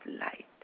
light